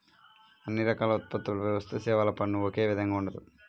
అన్ని రకాల ఉత్పత్తులపై వస్తుసేవల పన్ను ఒకే విధంగా ఉండదు